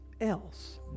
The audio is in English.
else